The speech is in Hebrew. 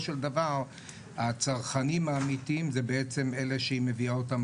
של דבר הצרכנים האמיתיים זה בעצם אלה שהיא מביאה אותם